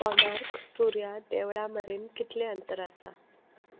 कोणार्क सूर्या देवळा मेरेन कितलें अंतर आसा